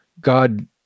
God